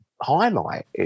highlight